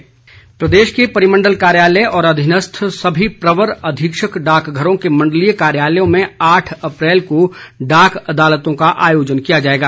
डाक अदालत प्रदेश के परिमंडल कार्यालय और अधीनस्थ सभी प्रवर अधीक्षक डाकघरों के मंडलीय कार्यालयों में आठ अप्रैल को डाक अदालतों का आयोजन किया जाएगा